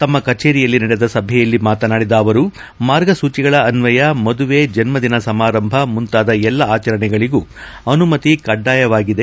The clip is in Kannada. ತಮ್ಮ ಕಚೇರಿಯಲ್ಲಿ ನಡೆದ ಸಭೆಯಲ್ಲಿ ಮಾತನಾಡಿದ ಅವರು ಮಾರ್ಗಸೂಚಿಗಳ ಅನ್ನಯ ಮದುವೆ ಜನ್ನದಿನ ಸಮಾರಂಭ ಮುಂತಾದ ಎಲ್ಲಾ ಆಚರಣೆಗಳಗೂ ಅನುಮತಿ ಕಡ್ಡಾಯವಾಗಿದೆ